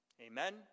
Amen